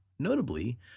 Notably